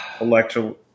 Electro